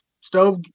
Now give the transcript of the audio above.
stove